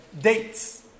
dates